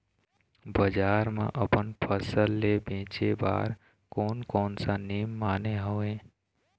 बजार मा अपन फसल ले बेचे बार कोन कौन सा नेम माने हवे?